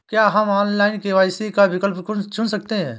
क्या हम online KYC का विकल्प चुन सकते हैं?